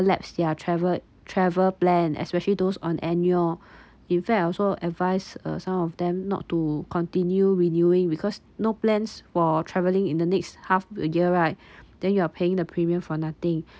lapsed their travel travel plan especially those on annual in fact I also advice uh some of them not to continue renewing because no plans for travelling in the next half a year right then you are paying the premium for nothing